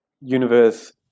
universe